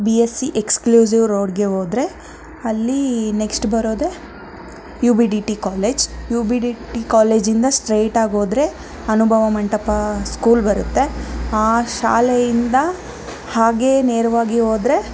B SC exclusive ರೋಡ್ಗೆ ಹೋದರೆ ಅಲ್ಲಿ ನೆಕ್ಸ್ಟ್ ಬರೋದೆ U B D T college U B D T ಕಾಲೇಜಿಂದ ಸ್ಟ್ರೈಟಾಗಿ ಹೋದರೆ ಅನುಭವ ಮಂಟಪ ಸ್ಕೂಲ್ ಬರುತ್ತೆ ಆ ಶಾಲೆಯಿಂದ ಹಾಗೆ ನೇರವಾಗಿ ಹೋದರೆ